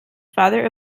father